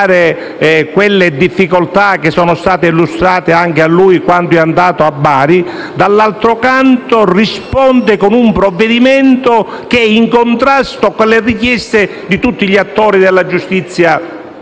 risponde con un provvedimento che è in contrasto con le richieste di tutti gli attori della giustizia